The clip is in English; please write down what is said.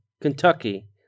Kentucky